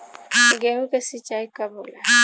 गेहूं के सिंचाई कब होला?